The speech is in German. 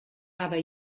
aber